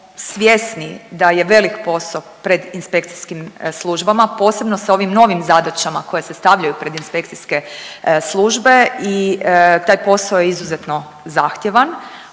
svjesni da je velik posao pred inspekcijskim službama, posebno sa ovim novim zadaćama koje se stavljaju pred inspekcijske službe i taj posao je izuzetno zahtjevan.